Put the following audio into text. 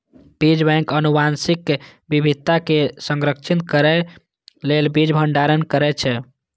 बीज बैंक आनुवंशिक विविधता कें संरक्षित करै लेल बीज भंडारण करै छै